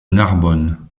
narbonne